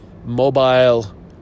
mobile